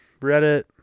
Reddit